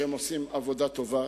שהם עושים עבודה טובה